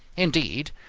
indeed,